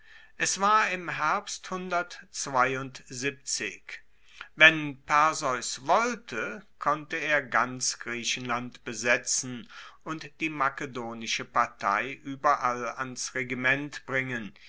es war im herbst wenn perseus wollte konnte er ganz griechenland besetzen und die makedonische partei ueberall ans regiment bringen